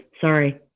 Sorry